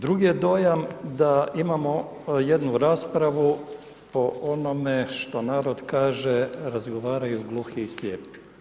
Drugi je dojam da imamo jednu raspravu o onome što narod kaže, razgovaraju gluhi i slijepi.